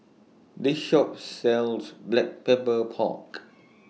This Shop sells Black Pepper Pork